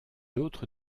autre